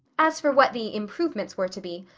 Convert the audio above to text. as for what the improvements were to be,